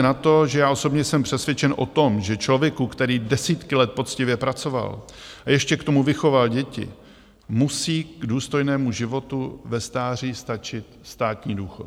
Nehledě na to, že já osobně jsem přesvědčen o tom, že člověku, který desítky let poctivě pracoval a ještě k tomu vychoval děti, musí k důstojnému životu ve stáří stačit státní důchod.